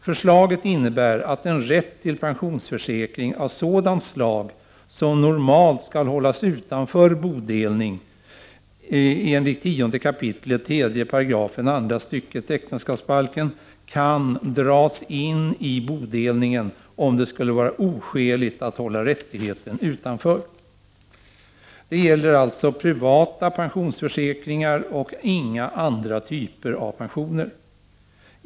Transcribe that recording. Förslaget innebär att en rätt till pensionsförsäkring av sådant slag som normalt skall hållas utanför bodelning enligt 10 kap. 3§ andra stycket äktenskapsbalken kan dras in i bodelningen, om det skulle vara oskäligt att hålla rättigheten utanför. Det gäller alltså privata pensionsförsäkringar och inga andra typer av pensioner.